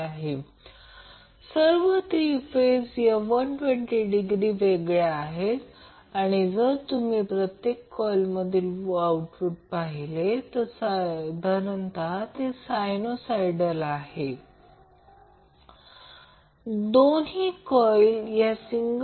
केस 1 मध्ये दाखवल्याप्रमाणे जेव्हा RL R g असेल तेव्हा लोडला मॅक्झिमम पॉवर दिली जाते पहिल्या केसमध्ये Xgf0 असेल तर RLR g असे देखील सांगितले